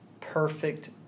perfect